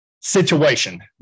situation